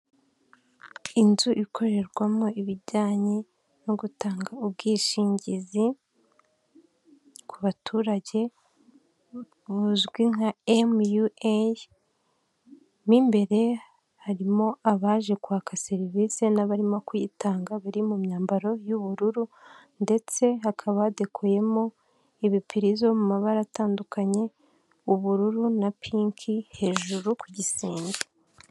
Inzu ikorerwamo ibijyanye no gutanga ubwishingizi ku baturage, buzwi nka mu yu eyi ,mu imbere harimo abaje kwaka serivisi n'abarimo kuyitanga bari mu myambaro y'ubururu ndetse hakaba hadekoyemo ibipirizo mu mabara atandukanye, ubururu na pinki hejuru ku gisenge.